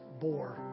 bore